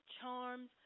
charms